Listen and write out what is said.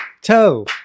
toe